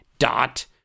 Dot